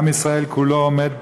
עם ישראל כולו עומד